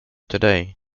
today